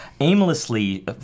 aimlessly